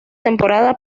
temporada